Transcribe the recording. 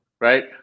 Right